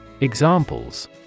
Examples